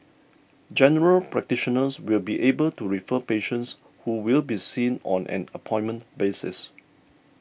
General Practitioners will be able to refer patients who will be seen on an appointment basis